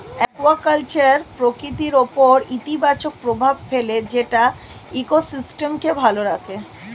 aquaculture প্রকৃতির উপর ইতিবাচক প্রভাব ফেলে যেটা ইকোসিস্টেমকে ভালো রাখে